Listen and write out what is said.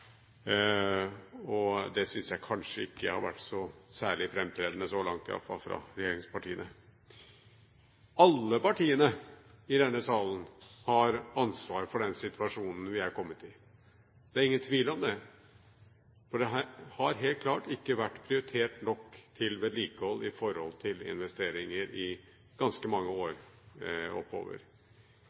Det syns jeg kanskje ikke har vært særlig framtredende fra regjeringspartienes side så langt iallfall. Alle partiene i denne salen har ansvar for den situasjonen vi er kommet i. Det er det ingen tvil om. Det har helt klart i ganske mange år ikke vært prioritert nok til vedlikehold i forhold til investeringer. Men det er hvordan vi velger å håndtere det i